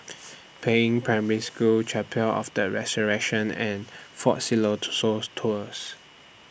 Peiying Primary School Chapel of The Resurrection and Fort Tours